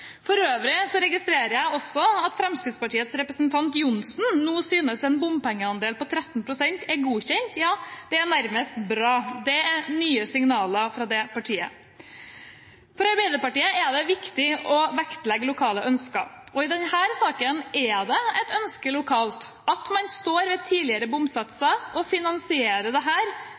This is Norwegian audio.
For øvrig registrerer jeg at Fremskrittspartiets representant Johnsen nå synes en bompengeandel på 13 pst. er godkjent – ja, det er nærmest bra. Det er nye signaler fra det partiet. For Arbeiderpartiet er det viktig å vektlegge lokale ønsker. I denne saken er det et ønske lokalt at man står ved tidligere